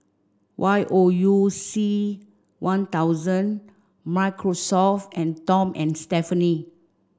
Y O U C One thousand Microsoft and Tom and Stephanie